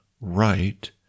right